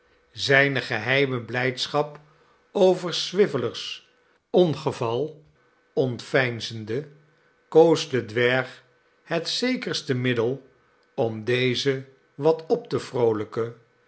zljne geheime blijdschap over swiveller's ongeval ontveinzende koos de dwerg het zekerste middel ora dezen wat op te vroolijken